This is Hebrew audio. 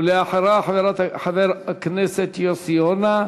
ואחריה, חבר הכנסת יוסי יונה.